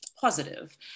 positive